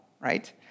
right